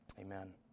Amen